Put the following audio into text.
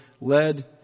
led